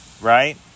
right